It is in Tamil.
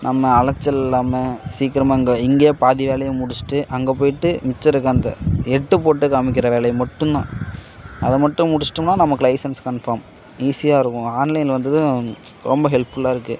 நம்ம அலைச்சல் இல்லாமல் சீக்கிரமாக இங்கே இங்கேயே பாதி வேலையை முடிச்சுட்டு அங்கே போய்விட்டு மிச்ச இருக்கற அந்த எட்டு போட்டு காமிக்கிற வேலையை மட்டும்தான் அதை மட்டும் முடிச்சிட்டோம்னா நமக்கு லைசன்ஸ் கன்ஃபார்ம் ஈஸியாக இருக்கும் ஆன்லைனில் வந்ததும் ரொம்ப ஹெல்ப்ஃபுல்லாக இருக்குது